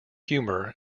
humour